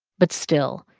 but still,